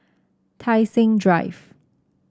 Tai Seng Drive